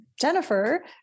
Jennifer